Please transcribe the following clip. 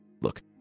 Look